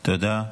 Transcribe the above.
תודה.